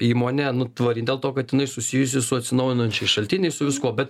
įmonė nu tvari dėl to kad jinai susijusi su atsinaujinančiais šaltiniais su viskuo bet